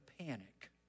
panic